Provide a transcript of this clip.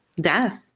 death